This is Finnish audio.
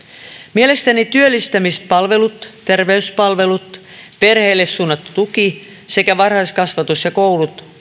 mielestäni työllistämispalvelut terveyspalvelut perheelle suunnattu tuki sekä varhaiskasvatus ja koulut